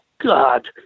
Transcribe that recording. God